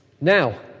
Now